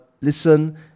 listen